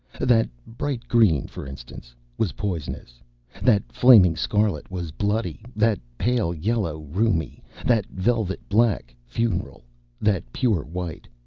that bright green, for instance, was poisonous that flaming scarlet was bloody that pale yellow, rheumy that velvet black, funeral that pure white,